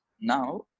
Now